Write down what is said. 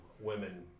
women